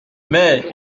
mais